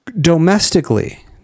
domestically